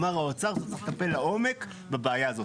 אמר האוצר שצריך לטפל לעומק בבעיה הזאת.